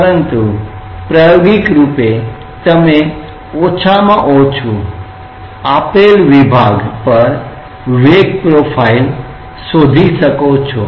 પરંતુ પ્રાયોગિક રૂપે તમે ઓછામાં ઓછુ આપેલ વિભાગ પર વેગ પ્રોફાઇલ શોધી શકો છો